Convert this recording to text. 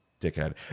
dickhead